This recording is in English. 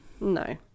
No